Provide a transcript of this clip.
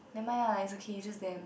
never mind lah it's okay it's just them